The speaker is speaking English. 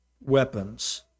weapons